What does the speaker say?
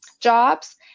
jobs